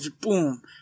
boom